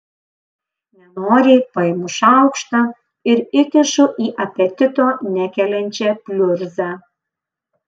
nenoriai paimu šaukštą ir įkišu į apetito nekeliančią pliurzą